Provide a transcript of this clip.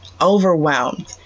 overwhelmed